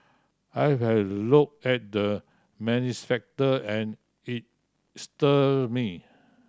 I have looked at the manifesto and it stir me